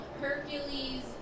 hercules